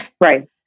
Right